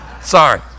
Sorry